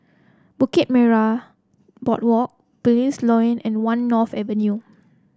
Bukit Boardwalk Belilios Lane and One North Avenue